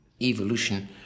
evolution